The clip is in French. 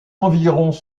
environs